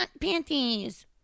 panties